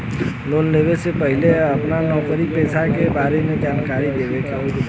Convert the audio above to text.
Loan लेवे से पहिले अपना नौकरी पेसा के बारे मे जानकारी देवे के होला?